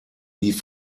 die